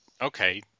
okay